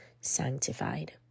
sanctified